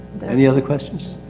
any other questions?